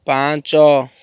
ପାଞ୍ଚ